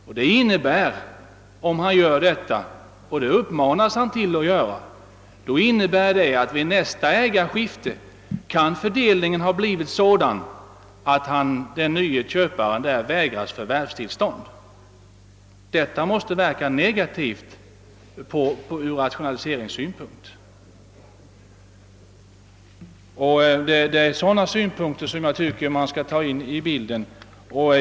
Om en fastighetsägare gör detta och det uppmanas han till — innebär det att fördelningen vid nästa ägarskifte kan ha blivit sådan, att den tillämnade köparen vägras lånegaranti. Detta måste verka negativt från rationaliseringssynpunkt. Det är sådana aspekter man bör ta in i bilden.